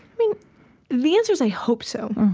i mean the answer is, i hope so.